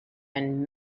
and